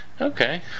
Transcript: okay